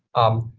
um,